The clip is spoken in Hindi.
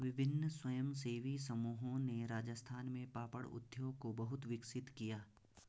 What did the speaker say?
विभिन्न स्वयंसेवी समूहों ने राजस्थान में पापड़ उद्योग को बहुत विकसित किया